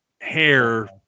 hair